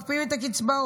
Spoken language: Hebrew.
מקפיאים את הקצבאות,